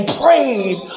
prayed